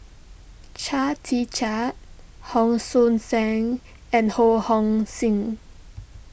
Chia Tee Chiak Hon Sui Sen and Ho Hong Sing